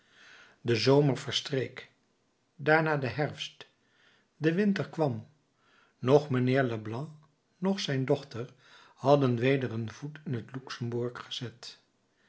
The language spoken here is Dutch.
de zomer verstreek daarna de herfst de winter kwam noch mijnheer leblanc noch zijn dochter hadden weder een voet in het luxemburg gezet